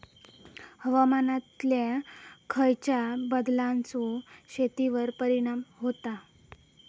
हवामानातल्या खयच्या बदलांचो शेतीवर परिणाम होता?